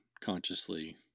consciously